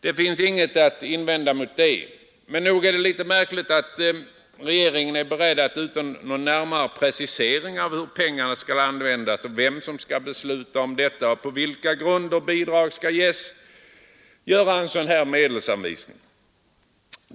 Det finns inget att invända mot detta. Men nog är det litet märkligt att regeringen är beredd att — utan någon närmare precisering av hur pengarna skall användas, vem som skall besluta om detta och på vilka grunder bidrag skall ges — göra en sådan här medelsanvisning.